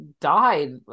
died